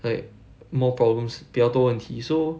like more problems 比较多问题 so